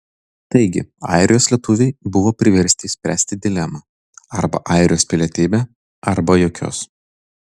taigi airijos lietuviai buvo priversti spręsti dilemą arba airijos pilietybė arba jokios